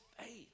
faith